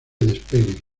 despegue